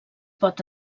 pot